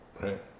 Right